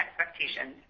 expectations